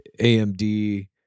AMD